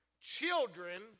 children